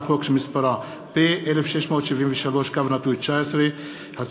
חוק פ/1673/19 וכלה בהצעת חוק פ/1734/19,